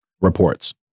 reports